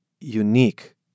unique